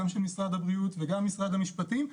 גם של משרד הבריאות וגם של משרד המשפטים,